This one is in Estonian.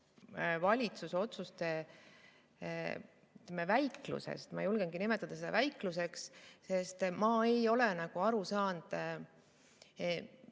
valitsuse otsuste väiklusest. Ma julgen nimetada seda väikluseks, sest ma ei ole aru saanud,